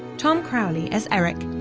tom crowley as eric,